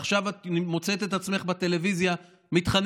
ועכשיו את מוצאת את עצמך בטלוויזיה מתחננת,